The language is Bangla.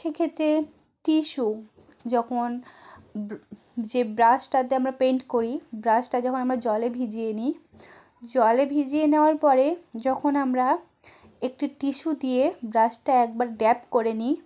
সেক্ষেত্রে টিস্যু যখন যে ব্রাশটাতে আমরা পেন্ট করি ব্রাশটা যখন আমার জলে ভিজিয়ে নিই জলে ভিজিয়ে নেওয়ার পরে যখন আমরা একটি টিস্যু দিয়ে ব্রাশটা একবার ড্যাপ করে নিই